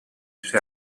suoi